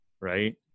Right